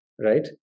right